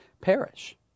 perish